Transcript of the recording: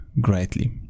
greatly